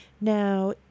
Now